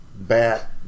bat